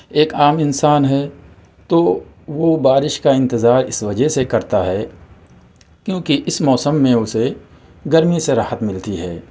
ایک عام انسان ہے تو وہ بارش کا اِنتظار اِس وجہ سے کرتا ہے کیونکہ اِس موسم میں اُسے گرمی سے راحت ملتی ہے